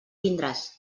tindràs